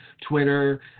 Twitter